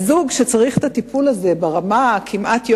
הם צריכים את הטיפול הזה כמעט ברמה יומיומית,